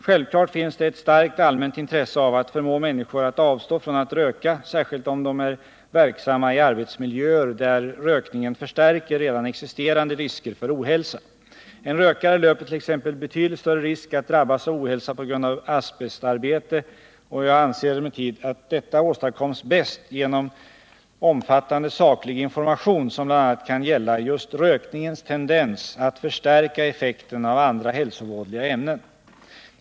Självklart finns det ett starkt allmänt intresse av att förmå människor att avstå från att röka, särskilt om de är verksamma i arbetsmiljöer där rökningen förstärker redan existerande risker för ohälsa. En rökare löper t.ex. betydligt större risk att drabbas av ohälsa på grund av asbestarbete. Jag anser emellertid att en rökfri arbetsmiljö åstadkoms bäst genom omfattande saklig information som bl.a. kan gälla just rökningens tendens att förstärka effekten av andra hälsovådliga ämnen.